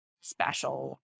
special